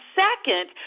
second